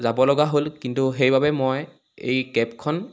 যাব লগা হ'ল কিন্তু সেইবাবে মই এই কেবখন